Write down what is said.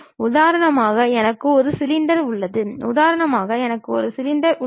உதாரணமாக எனக்கு ஒரு சிலிண்டர் உள்ளது உதாரணமாக எனக்கு ஒரு சிலிண்டர் உள்ளது